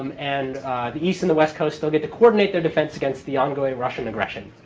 um and the east and the west coast still get to coordinate their defense against the ongoing russian aggression.